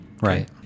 Right